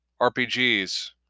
RPGs